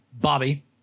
Bobby